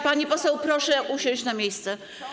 Pani poseł, proszę usiąść na miejsce.